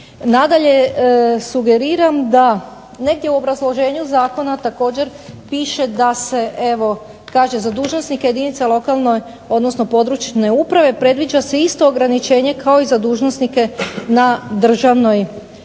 Nadalje, sugeriram da negdje u obrazloženju zakona također piše da se evo kaže za dužnosnike jedinica lokalne, odnosno područne uprave predviđa se isto ograničenje kao i za dužnosnike na državnoj razini.